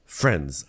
friends